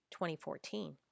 2014